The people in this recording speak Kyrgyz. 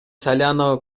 салянова